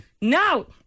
No